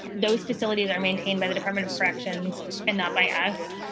those facilities are maintained by the department of corrections and not by us.